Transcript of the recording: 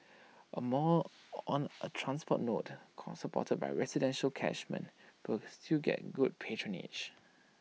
A mall on A transport node supported by residential catchment will still get good patronage